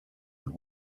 and